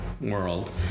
world